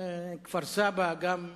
כפר-סבא, גם,